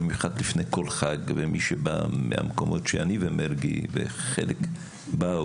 במיוחד לפני כל חג ומי שבא מהמקומות שאני ומרגי ובחלק באו,